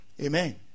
Amen